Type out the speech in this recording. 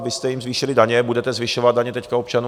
Vy jste jim zvýšili daně, budete zvyšovat daně občanům.